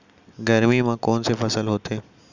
गरमी मा कोन से फसल होथे?